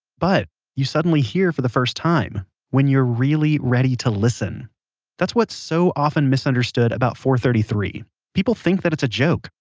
but you suddenly hear for the first time when you're really ready to listen that's what's so often misunderstood about four zero three people think that it's a joke,